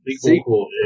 sequel